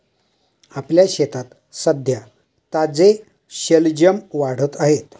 आपल्या शेतात सध्या ताजे शलजम वाढत आहेत